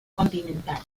continental